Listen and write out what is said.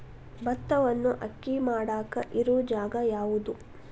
ಭತ್ತವನ್ನು ಅಕ್ಕಿ ಮಾಡಾಕ ಇರು ಜಾಗ ಯಾವುದು?